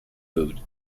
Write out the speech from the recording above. food